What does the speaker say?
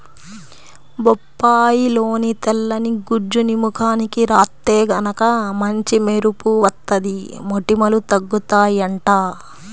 బొప్పాయిలోని తెల్లని గుజ్జుని ముఖానికి రాత్తే గనక మంచి మెరుపు వత్తది, మొటిమలూ తగ్గుతయ్యంట